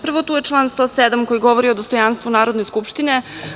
Prvo, tu je član 107. koji govori o dostojanstvu Narodne skupštine.